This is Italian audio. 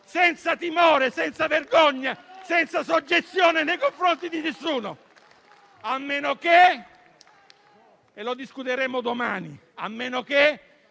senza timore, senza vergogna, senza soggezione nei confronti di nessuno, a meno che - e lo discuteremo domani - questo